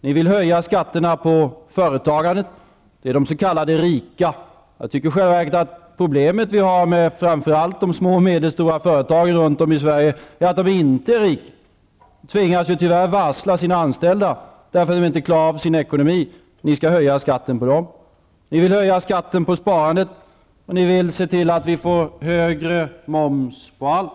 Ni vill höja skatterna på företagandet; det är de s.k. rika. Jag tycker att problemet vi har med framför allt de små och medelstora företagen runt om i Sverige är att de i själva verket inte är rika. De tvingas tyvärr varsla sina anställda därför att de inte klarar av sin ekonomi. Men ni skall höja skatten för dem. Ni vill höja skatten på sparandet, och ni vill se till att vi får högre moms på allt.